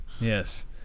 Yes